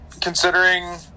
considering